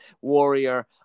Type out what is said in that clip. warrior